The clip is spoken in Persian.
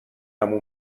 عمو